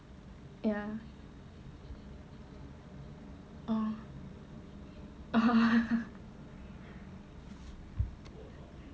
ya oh